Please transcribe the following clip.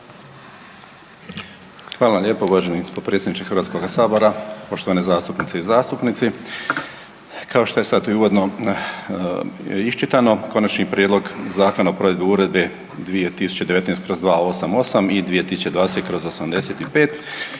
Hvala lijepo uvaženi potpredsjedniče Hrvatskoga sabora. Poštovane zastupnice i zastupnici, kao što je sad i uvodno iščitano Konačni prijedlog Zakona o provedbi Uredbe 2019/2088 i 2020/852